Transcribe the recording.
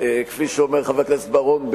כפי שאומר חבר הכנסת בר-און,